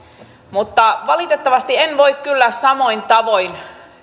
mutta valitettavasti en voi kyllä samoin tavoin